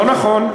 לא נכון.